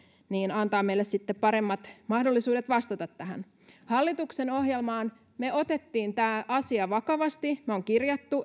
antaa meille sitten paremmat mahdollisuudet vastata tähän hallituksen ohjelmaan me otimme tämän asian vakavasti me olemme kirjanneet